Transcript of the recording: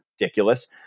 ridiculous